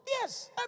Yes